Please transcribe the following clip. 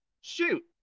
shoot